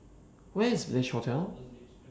Where IS Village Hotel